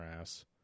ass